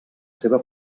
seva